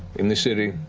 in the city,